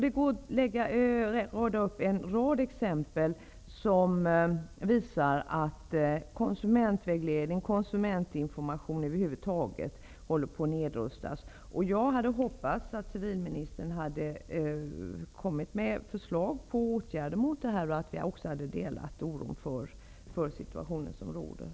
Det går att räkna upp en rad exempel som visar att konsumentvägledningen och konsumentinformationen över huvud taget håller på att nedrustas. Jag hade hoppats att civilministern skulle ha kommit med förslag på åtgärder mot detta och att vi hade delat oron för den situation som råder.